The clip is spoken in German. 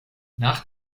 nach